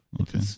Okay